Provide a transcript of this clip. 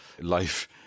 life